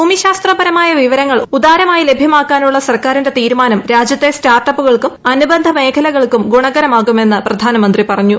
ഭൂമിശാസ്ത്രപരമായ വിവരങ്ങൾ ഉദാരമായി ലഭ്യമാക്കാനുള്ള സർക്കാരിന്റെ തീരുമാനം രാജ്യത്തെ സ്റ്റാർട്ടപ്പുകൾക്കും അനുബന്ധ മേഖലകൾക്കും ഗുണകരമാകുമെന്ന് പ്രധാനമന്ത്രി പറഞ്ഞു